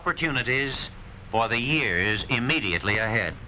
opportunities for the years immediately ahead